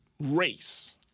race